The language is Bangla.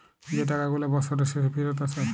যে টাকা গুলা বসরের শেষে ফিরত আসে